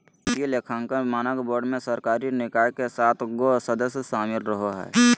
वित्तीय लेखांकन मानक बोर्ड मे सरकारी निकाय के सात गो सदस्य शामिल रहो हय